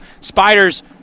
Spiders